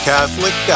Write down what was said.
Catholic